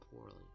poorly